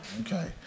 Okay